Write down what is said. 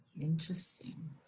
Interesting